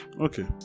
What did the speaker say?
Okay